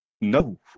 no